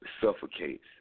suffocates